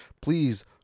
please